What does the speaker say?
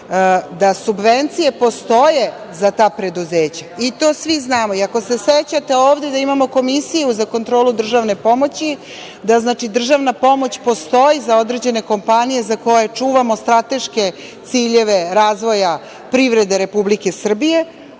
da subvencije postoje za ta preduzeća i to svi znamo. Iako se sećate ovde da imamo Komisiju za kontrolu državne pomoći, da državna pomoć postoji za određene kompanije za koje čuvamo strateške ciljeve razvoja privrede Republike Srbije,